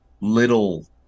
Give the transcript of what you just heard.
little